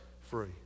free